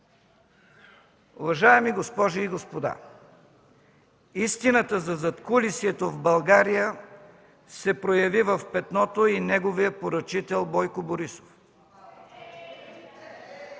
Уважаеми госпожи и господа, истината за задкулисието в България се прояви в Петното и неговия поръчител Бойко Борисов.